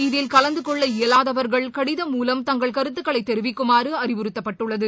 இதில் கலந்து கொள்ள இயலாதவர்கள் கடிதம் மூலம் தங்கள் கருத்துக்களை தெரிவிக்குமாறு அறிவுறுத்தப்பட்டுள்ளது